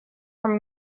from